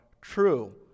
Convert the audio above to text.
true